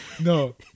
No